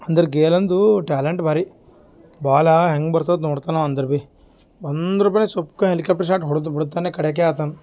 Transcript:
ಅಂದರೆ ಗೇಲಂದು ಟ್ಯಾಲೆಂಟ್ ಭಾರಿ ಬಾಲಾ ಹೆಂಗೆ ಬರ್ತದೆ ನೋಡ್ತನೆ ಅಂದರೆ ಬಿ ಬಂದ್ರುಬೆ ಸೊಬ್ಕಾ ಹೆಲಿಕ್ಯಾಪ್ಟರ್ ಶಾಟ್ ಹೊಡೆದು ಬುಡ್ತನೆ ಕಡೆಗೆ ಆತನ